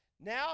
Now